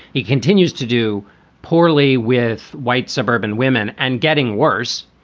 he continues to do poorly with white suburban women and getting worse.